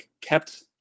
kept